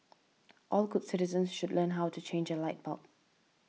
all good citizens should learn how to change a light bulb